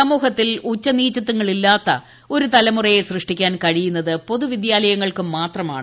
സമൂഹത്തിൽ ഉച്ചനീചത്വങ്ങളില്ലാത്ത ഒരു തലമുറയെ സൃഷ്ടിക്കാൻ കഴിയുന്നത് പൊതുവിദ്യാലയങ്ങൾക്ക് മാത്രമാണ്